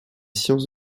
sciences